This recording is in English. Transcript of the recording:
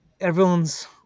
everyone's